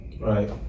Right